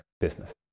business